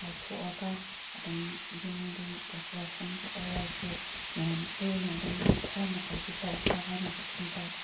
ꯀꯥꯏꯊꯣꯛꯑꯒ ꯑꯗꯨꯝ ꯌꯨꯝꯒꯤ ꯗꯦꯀꯣꯔꯦꯁꯟꯕꯨ ꯑꯣꯏꯔꯁꯨ ꯃꯌꯥꯝ ꯇꯣꯏꯅ ꯑꯗꯨꯝ ꯈꯔꯃꯈꯩꯗꯤ ꯇꯧꯕ꯭ꯔꯥ ꯍꯥꯏꯅꯗꯤ ꯈꯟꯖꯩ